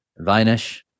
Vinish